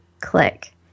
click